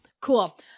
Cool